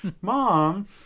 mom